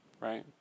Right